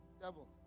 devil